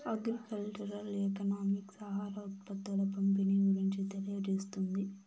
agriculture economics ఆహార ఉత్పత్తుల పంపిణీ గురించి తెలియజేస్తుంది